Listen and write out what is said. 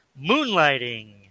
Moonlighting